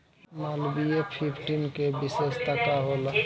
Malviya fifteen के विशेषता का होला?